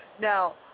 Now